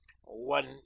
one